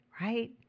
right